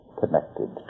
connected